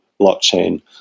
blockchain